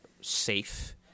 safe